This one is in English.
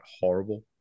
horrible